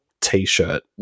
T-shirt